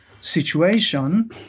situation